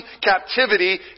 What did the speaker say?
captivity